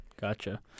Gotcha